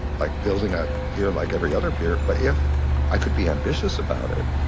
like, building a pier like every other pier. but if i could be ambitious about it,